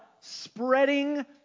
spreading